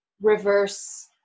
reverse